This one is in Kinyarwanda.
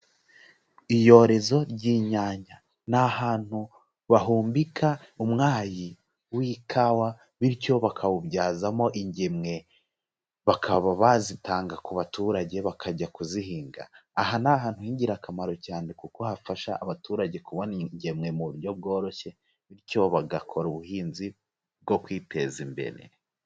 Iyorezo ry'inyanya ni ahantu bahumbika umwayi w'ikawa bityo bakawubyazamo ingemwe, bakaba bazitanga ku baturage bakajya kuzihinga, aha ni ahantu h'ingirakamaro cyane kuko hafasha abaturage kubona ingemwe mu buryo bworoshye, bityo bagakora ubuhinzi bwo kwiteza imbere.